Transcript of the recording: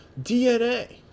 DNA